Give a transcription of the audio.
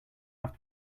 have